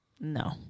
No